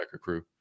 crew